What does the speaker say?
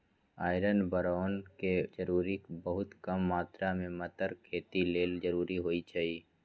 iron boron के जरूरी बहुत कम मात्र में मतर खेती लेल जरूरी होइ छइ